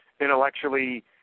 intellectually